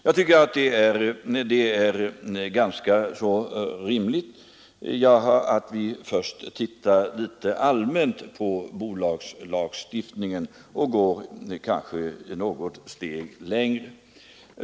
Jag tycker att det är ganska rimligt att vi först ser litet allmänt på bolagslagstiftningen och så kanske går något steg längre.